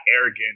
arrogant